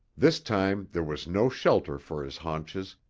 this time there was no shelter for his haunches,